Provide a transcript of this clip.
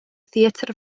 theatr